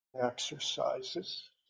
exercises